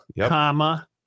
comma